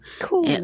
Cool